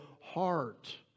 heart